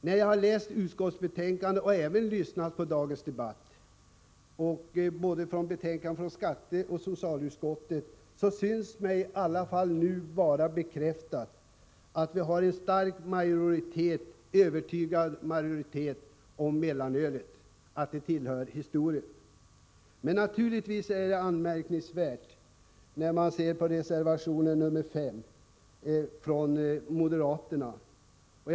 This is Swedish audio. När jag har läst utskottsbetänkandena — både från skatteutskottet och från socialutskottet — och även när jag har lyssnat till dagens debatt, tycker jag att jag har fått bekräftat att en övertygande majoritet anser att mellanölet tillhör historien. Men naturligtvis är reservation 5 från moderaterna anmärkningsvärd.